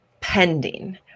pending